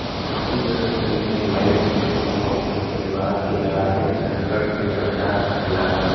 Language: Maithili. व्यक्तिगत ऋण लय के ओ अपन परिवार के आर्थिक संकट से बचा सकला